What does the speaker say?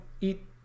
eat